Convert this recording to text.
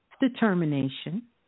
determination